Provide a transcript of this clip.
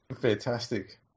Fantastic